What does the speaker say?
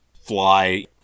fly